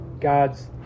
God's